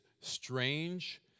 strange